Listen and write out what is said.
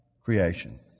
creation